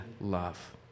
love